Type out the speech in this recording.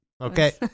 Okay